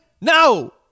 No